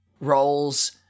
roles